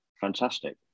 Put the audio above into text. fantastic